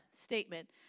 statement